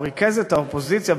או ריכז את האופוזיציה,